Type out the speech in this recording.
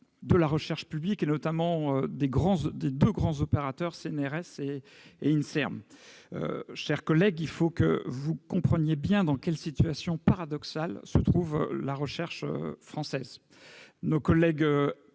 de la recherche publique, notamment de ses deux grands opérateurs, le CNRS et l'Inserm. Mes chers collègues, il faut que vous compreniez bien dans quelle situation paradoxale se trouve la recherche française. Nos collègues